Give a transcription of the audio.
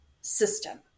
system